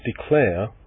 declare